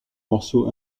morceau